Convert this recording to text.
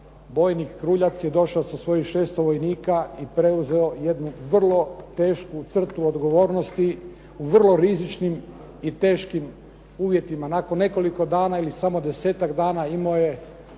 bojnik Kruljac je došao sa svojih 600 vojnika i preuzeo jednu vrlo tešku crtu odgovornosti u vrlo rizičnim i teškim uvjetima. Nakon nekoliko dana ili samo 10-ak dana imao je